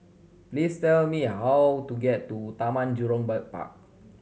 please tell me how to get to Taman Jurong Park